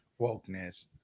Wokeness